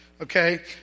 okay